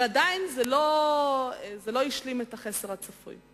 אבל עדיין זה לא השלים את החסר הצפוי.